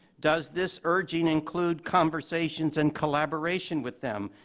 does this urging include conversations and collaboration with them,